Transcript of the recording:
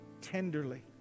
tenderly